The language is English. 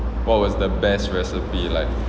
what was the best recipe like